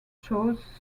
chose